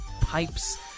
pipes